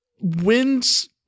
wins